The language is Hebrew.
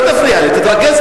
לא תפריע לי,